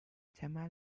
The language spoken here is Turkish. temel